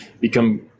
become